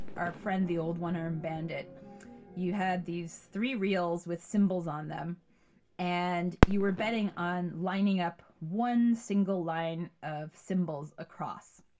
our friend the old one-armed-bandit, you had these three reels with symbols on them and you were betting on lining up one single line of symbols across.